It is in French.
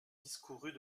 discourut